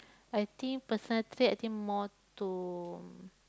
I think personal trait I think more to